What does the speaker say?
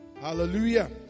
Hallelujah